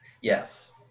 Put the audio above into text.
Yes